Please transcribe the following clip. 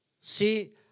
See